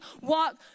walk